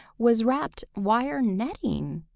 was wrapped wire netting.